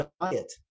diet